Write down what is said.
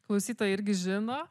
klausytojai irgi žino